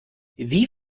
wie